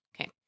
Okay